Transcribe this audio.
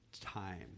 time